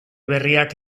berriak